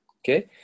okay